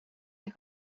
you